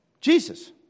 Jesus